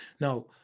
Now